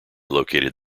located